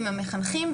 עם המחנכים.